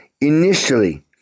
initially